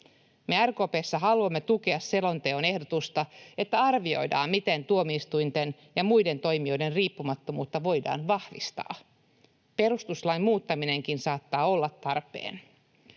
Me RKP:ssä haluamme tukea selonteon ehdotusta, että arvioidaan, miten tuomioistuinten ja muiden toimijoiden riippumattomuutta voidaan vahvistaa. Perustuslain muuttaminenkin saattaa olla tarpeen.